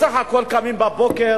בסך הכול, קמים בבוקר,